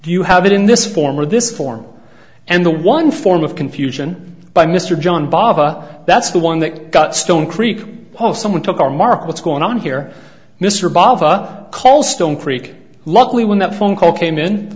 you have it in this form or this form and the one form of confusion by mr john boffa that's the one that got stone creek paul someone took our mark what's going on here mr botha call stone creek luckily when that phone call came in the